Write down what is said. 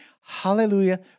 hallelujah